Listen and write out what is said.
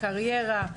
קריירה,